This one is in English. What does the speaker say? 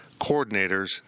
coordinators